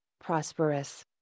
prosperous